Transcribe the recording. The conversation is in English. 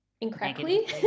incorrectly